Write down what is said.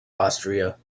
austria